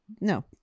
No